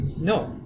No